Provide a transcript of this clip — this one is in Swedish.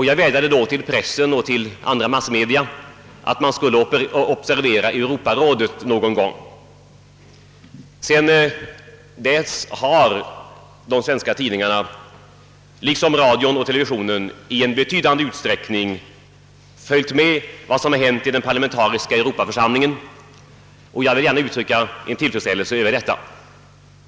Jag vädjade då till pressen och till andra massmedia att observera Europarådet någon gång. Sedan dess har de svenska tidningarna, liksom radion och televisionen, i betydande utsträckning följt med vad som hänt i den parlamentariska Europaförsamlingen. Jag vill gärna uttrycka min tillfredsställelse över detta.